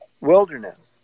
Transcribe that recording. wilderness